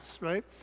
Right